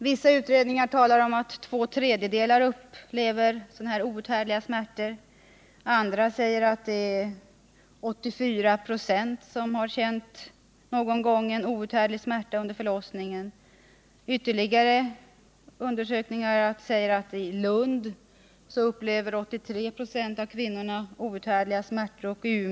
Vissa utredningar talar om att två tredjedelar upplever sådana här ”outhärdliga” smärtor. Andra säger att det är 84 ?6 som någon gång känt ”outhärdlig” smärta under förlossningen. Ytterligare undersökningar säger att 83 26 av kvinnorna i Lund och 40 96 av kvinnorna i Umeå upplevt ”outhärdliga” smärtor.